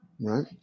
Right